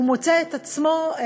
הוא מוצא את עצמו,